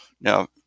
Now